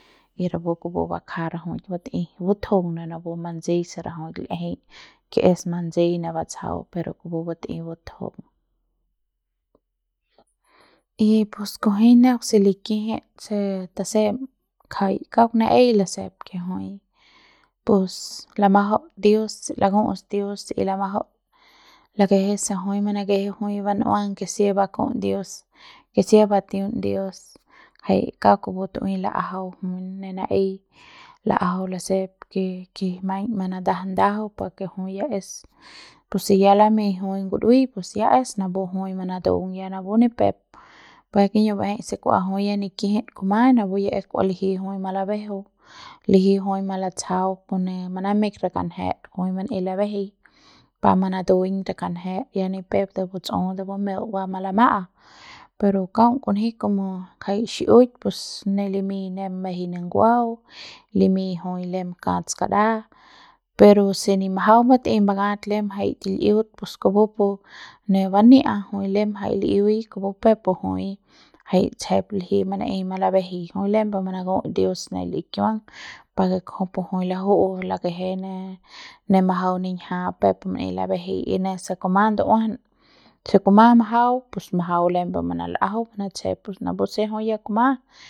y rapu kupu bakja rajuik batei butjung de napu manseiñ se rajuik l'ejei ke es manseiñ ne batsjau per kupu batei butjung y pus kujuei neuk se likijit se tasem ngjai kauk naei lasep ke jui pus lamajaut dios laku'uts dios y lamajaut lakeje se jui manakeje jui ban'uang ke sea baku'uts dios ke sea batiun dios jai kupu tu'ui la'ajau jui ne naei lajau lasep ke ke maiñ manatajau ndajau pa ke jui ya es pus si ya lamei jui ngurui pus ya es napu jui manatung ya napu nipep pure kiñu'u ba'ejei se kua jui ya nikijit kuma napu kua liji jui malabejeu liji jui malatsjau manameik re kanjet jui manaei labejei par manatu'uiñ re kanjet ya ni pep de batsu de bumeu ba malama'a pero kaung kunji komo jai xi'iuik pus lem limiñ neuk mejeiñ ne nguang limiñ jui lem kat skaraja pero se ni majau batei bakat lem gjai til'iuit pus kupu pu ne bania'a jui lam jai li'iuiñ kupu pu peuk pu jui jai tsep liji peuk pu manei malabejei jui lem manaku'uts dios ne l'i kiuang pa ke kuju pu jui laju'u lakeje ne ne majau niñja peuk pu manaei labejei y ne se kuma ndu'uajan se kuma majau pus majau lembe manal'ajau manatjep napu se jui ya kuma.